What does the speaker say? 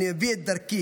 אני אביא את דרכי,